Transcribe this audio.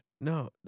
No